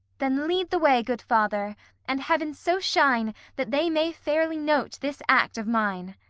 then lead the way, good father and heavens so shine that they may fairly note this act of mine!